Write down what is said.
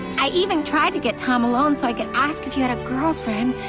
i even tried to get tom alone so i could ask if you had a girlfriend,